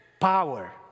power